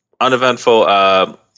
uneventful, –